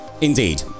Indeed